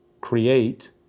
create